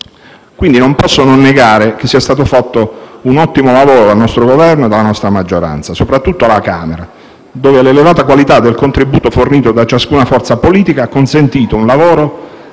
Non posso quindi negare che sia stato fatto un ottimo lavoro dal nostro Governo e dalla nostra maggioranza, soprattutto alla Camera, dove l’elevata qualità del contributo fornito da ciascuna forza politica ha consentito un lavoro